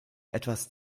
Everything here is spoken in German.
etwas